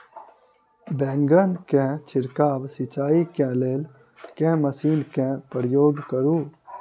बैंगन केँ छिड़काव सिचाई केँ लेल केँ मशीन केँ प्रयोग करू?